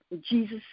Jesus